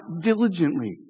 diligently